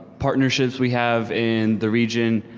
partnerships we have in the region,